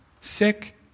Sick